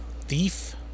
Thief